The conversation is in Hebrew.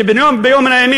שביום מן הימים,